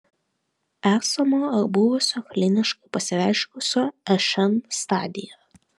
esamo ar buvusio kliniškai pasireiškusio šn stadija